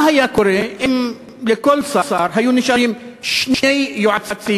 מה היה קורה אם לכל שר היו נשארים שני יועצים